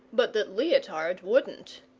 but that leotard wouldn't.